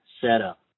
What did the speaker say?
setup